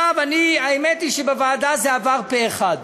עכשיו, האמת היא שבוועדה זה עבר פה-אחד,